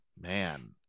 Man